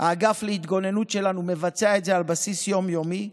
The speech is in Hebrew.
והאגף להתגוננות שלנו מבצע את זה על בסיס יום-יומי.